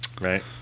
right